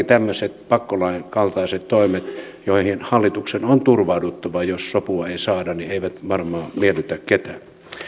tämmöiset pakkolain kaltaiset toimet joihin hallituksen on turvauduttava jos sopua ei saada eivät varmaan miellytä ketään